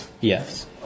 Yes